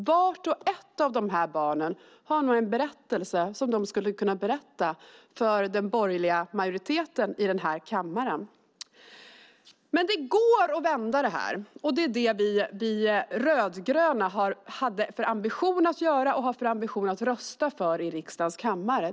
Vart och ett av dessa barn har nog en berättelse de skulle kunna berätta för den borgerliga majoriteten i denna kammare. Det går dock att vända detta, och det är det vi rödgröna hade för ambition att göra och har för ambition att rösta för i riksdagens kammare.